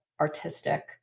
artistic